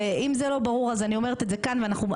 ואם זה לא ברור אז אני אומרת את זה כאן ואני